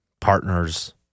partners